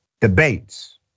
debates